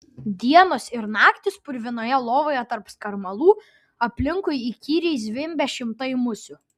dienos ir naktys purvinoje lovoje tarp skarmalų aplinkui įkyriai zvimbia šimtai musių